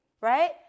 right